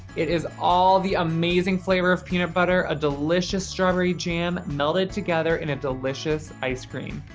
it is all the amazing flavor of peanut butter, a delicious strawberry jam, melded together in a delicious ice cream.